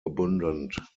abundant